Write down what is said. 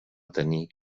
tenir